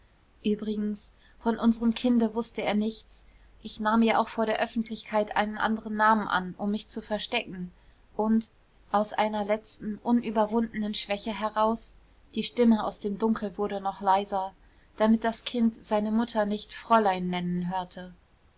übrigens von unserem kinde wußte er nichts ich nahm ja auch vor der öffentlichkeit einen anderen namen an um mich zu verstecken und aus einer letzten unüberwundenen schwäche heraus die stimme aus dem dunkel wurde noch leiser damit das kind seine mutter nicht fräulein nennen hörte